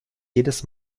jedes